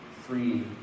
free